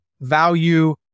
value